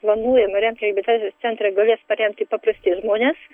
planuojamą remti reabilitacijos centrą galės paremti paprasti žmonės